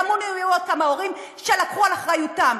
כמוני היו עוד כמה הורים שלקחו על אחריותם.